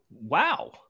Wow